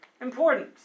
important